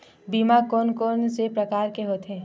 बीमा कोन कोन से प्रकार के होथे?